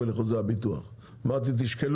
איגוד חברות הביטוח איתי עצמון